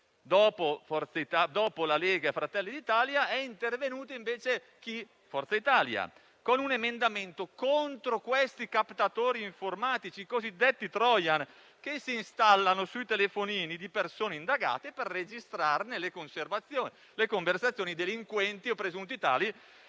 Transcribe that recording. Dopo la Lega e Fratelli d'Italia, è intervenuta in Senato Forza Italia con un emendamento contro i captatori informatici, i cosiddetti *trojan*, che vengono installati sui telefonini di persone indagate per registrarne le conversazioni. Stiamo parlando di delinquenti, o presunti tali,